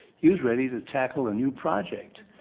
he was ready to tackle a new project